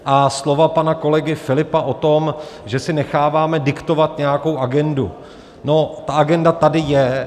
A slova pana kolegy Filipa o tom, že si necháváme diktovat nějakou agendu: no, ta agenda tady je.